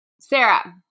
Sarah